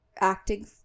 acting